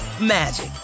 magic